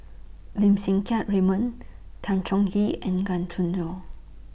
Lim Siang Keat Raymond Tan Chong Tee and Gan Choo Neo